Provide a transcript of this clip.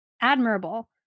admirable